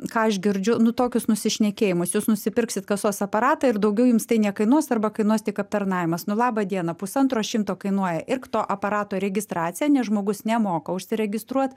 ką aš girdžiu nu tokius nusišnekėjimus jūs nusipirksit kasos aparatą ir daugiau jums tai nekainuos arba kainuos tik aptarnavimas nu laba diena pusantro šimto kainuoja ir kto aparato registracija nes žmogus nemoka užsiregistruot